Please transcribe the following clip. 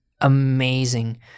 amazing